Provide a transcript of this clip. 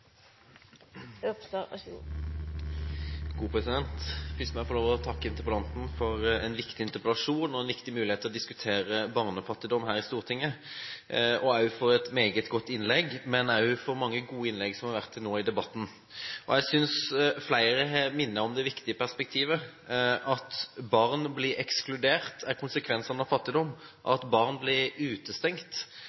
jeg få lov til å takke interpellanten for en viktig interpellasjon og en viktig mulighet til å diskutere barnefattigdom her i Stortinget. Jeg vil takke ham for et meget godt innlegg, men også andre for gode innlegg som har vært holdt til nå i debatten. Flere har minnet om det viktige perspektivet at barn blir ekskludert som en konsekvens av fattigdom,